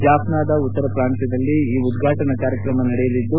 ಜಾಫ್ನಾದ ಉತ್ತರ ಪ್ರಾಂತ್ಲದಲ್ಲಿ ಈ ಉದ್ವಾಟನಾ ಕಾರ್ಯಕ್ರಮ ನಡೆಯಲಿದ್ದು